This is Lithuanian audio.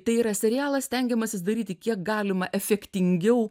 tai yra serialas stengiamasi daryti kiek galima efektingiau